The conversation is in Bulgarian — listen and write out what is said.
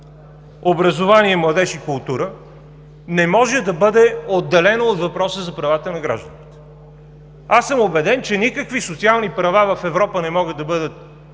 образование, младеж и култура, не може да бъде отделено от въпроса за правата на гражданите. Убеден съм, че никакви социални права в Европа не могат да бъдат